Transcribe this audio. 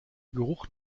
geruch